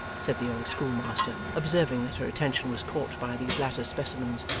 said the old schoolmaster, observing that her attention was caught by these latter specimens.